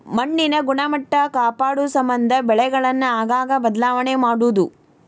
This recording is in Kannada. ಮಣ್ಣಿನ ಗುಣಮಟ್ಟಾ ಕಾಪಾಡುಸಮಂದ ಬೆಳೆಗಳನ್ನ ಆಗಾಗ ಬದಲಾವಣೆ ಮಾಡುದು